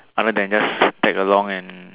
other than just tag along and